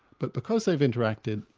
but because they've interacted,